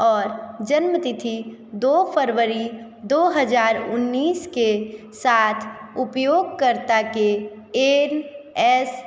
और जन्मतिथि दो फरवरी दो हज़ार उन्नीस के साथ उपयोग करता के एन एस